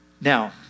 Now